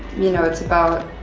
you know, it's about